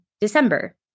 December